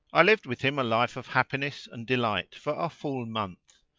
i lived with him a life of happiness and delight for a full month,